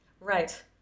right